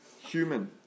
human